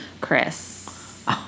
Chris